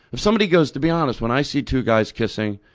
if somebody goes, to be honest, when i see two guys kissing,